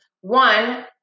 One